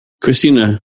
Christina